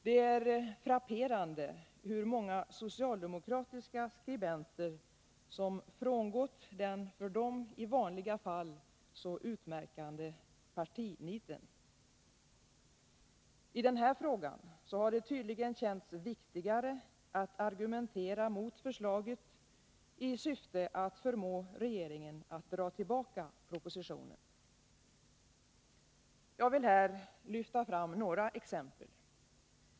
Det är frapperande hur många socialdemokratiska skribenter som har frångått det för dem i vanliga fall så utmärkande partinitet. I denna fråga har det tydligen känts viktigare att argumentera mot förslaget, i syfte att förmå regeringen att dra tillbaka propositionen. Jag vill här lyfta fram några exempel.